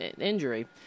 injury